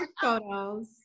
photos